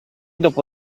dopo